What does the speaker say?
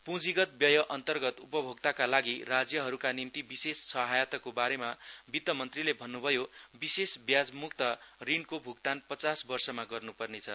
पूँजीगत व्ययअन्तर्गत उपयोगका लागि राज्यहरुका निम्ति विशेष सहायताको बारेमा वित्त मन्त्रीले भन्नुभयोविशेष व्याज मुक्त ऋणको भुगतान पचास वर्षमा गर्नुपर्ने छ